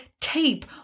tape